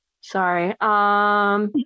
Sorry